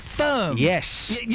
Yes